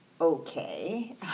Okay